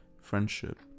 friendship